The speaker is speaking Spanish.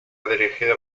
dirigido